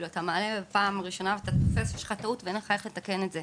אתה מעלה פעם ראשונה ואתה תופס שיש לך טעות ואין לך לתקן את זה.